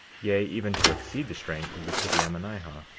yea, even to exceed the strength of the city ammonihah.